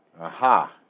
Aha